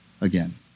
again